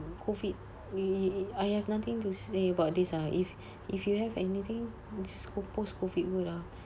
COVID we I have nothing to say about this ah if if you have anything is post-COVID world ah